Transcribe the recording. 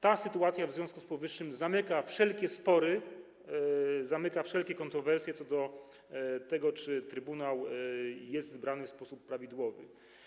Ta sytuacja w związku z powyższym zamyka wszelkie spory, unieważnia wszelkie kontrowersje dotyczące tego, czy trybunał został wybrany w sposób prawidłowy.